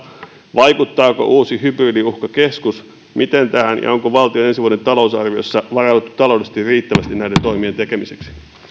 vaikuttaako uusi hybridiuhkakeskus miten tähän ja onko valtion ensi vuoden talousarviossa varauduttu taloudellisesti riittävästi näiden toimien tekemiseen